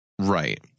Right